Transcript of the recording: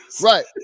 right